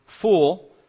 fool